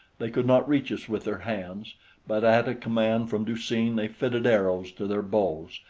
they could not reach us with their hands but at a command from du-seen they fitted arrows to their bows,